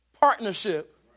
partnership